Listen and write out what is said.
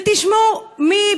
ומי,